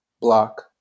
block